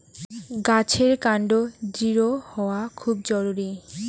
গাছের কান্ড দৃঢ় হওয়া খুব জরুরি